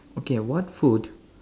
okay what food